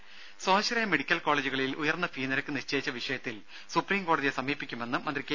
ദ്ദേ സ്വാശ്രയ മെഡിക്കൽ കോളേജുകളിൽ ഉയർന്ന ഫീ നിരക്ക് നിശ്ചയിച്ച വിഷയത്തിൽ സുപ്രീം കോടതിയെ സമീപിക്കുമെന്ന് മന്ത്രി കെ